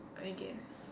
I guess